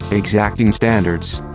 exacting standards.